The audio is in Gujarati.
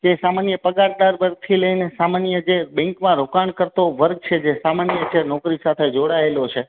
તે સામાન્ય પગારદાર વર્ગથી લઈને સામાન્ય જે બેંકમાં રોકાણ કરતો વર્ગ છે જે સામાન્ય છે નોકરી સાથે જોડાયેલો છે